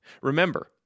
Remember